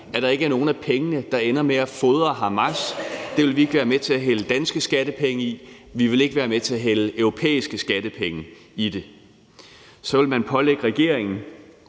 at der ikke er nogen af pengene, der ender med at fodre Hamas. Det vil vi ikke være med til at hælde danske skattepenge i, og vi vil ikke være med til at hælde europæiske skattepenge i det. Man vil også pålægge regeringen,